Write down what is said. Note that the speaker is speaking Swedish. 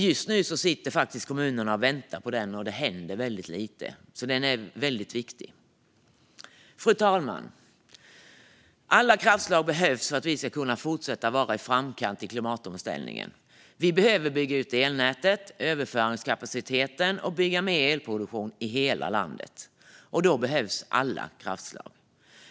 Just nu sitter kommunerna och väntar på den, och det händer väldigt lite. Så den är väldigt viktig. Fru talman! Alla kraftslag behövs för att vi ska fortsätta vara i framkant i klimatomställningen. Vi behöver bygga ut elnätet och överföringskapaciteten och bygga mer elproduktion i hela landet, och då behövs alla kraftslag.